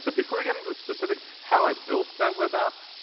so before we get into the specifics of how i built that web app,